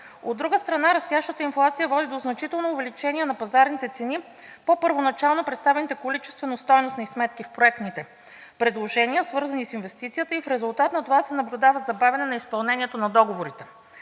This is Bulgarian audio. От друга страна, растящата инфлация води до значително увеличение на пазарните цени по първоначално представените количествено-стойностни сметки в проектните предложения, свързани с инвестицията, и в резултат на това се наблюдава забавяне на изпълнението на договорите.